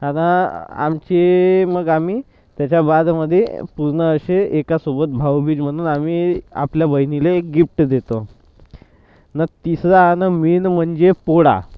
आता आमची मग आम्ही त्याच्या बॅगमध्ये पूर्ण असे एका सोबत भाऊबीज म्हणून आम्ही आपल्या बहिणीला एक गिफ्ट देतो न् तिसरा आणि मेन म्हणजे पोळा